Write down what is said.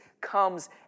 comes